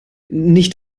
nicht